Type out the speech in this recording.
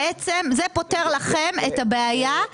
זה פותר לכם את הבעיה,